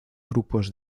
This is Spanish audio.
grupos